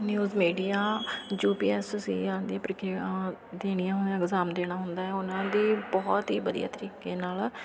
news media U P S C ਆਰ ਦੀ ਪ੍ਰੀਖਿਆ ਦੇਣੀਆਂ ਇਗਜ਼ਾਮ ਦੇਣਾ ਹੁੰਦਾ ਉਹਨਾਂ ਦੀ ਬਹੁਤ ਹੀ ਵਧੀਆ ਤਰੀਕੇ ਨਾਲ